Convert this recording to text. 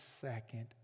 second